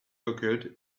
occurred